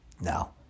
No